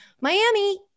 Miami